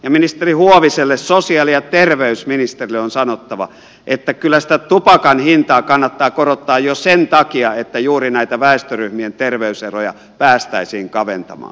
ja ministeri huoviselle sosiaali ja terveysministerille on sanottava että kyllä sitä tupakan hintaa kannattaa korottaa jo sen takia että juuri näitä väestöryhmien terveyseroja päästäisiin kaventamaan